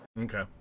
okay